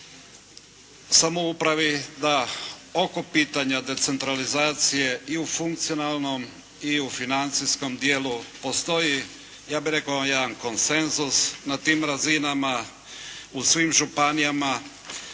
samoupravi, da oko pitanja decentralizacije i u funkcionalnom i u financijskom dijelu postoji, ja bih rekao, jedan konsenzusa na tim razinama u svim županijama,